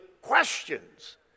questions